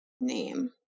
name